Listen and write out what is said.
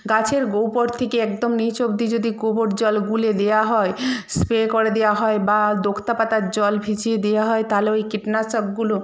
গাছের উপর থেকে একদম নিচ অবধি যদি গোবর জল গুলে দেওয়া হয় স্প্রে করে দেওয়া হয় বা দোক্তা পাতার জল ভিজিয়ে দেওয়া হয় তাহলে ওই কীটনাশকগুলো